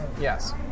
yes